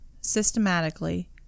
systematically